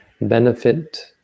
benefit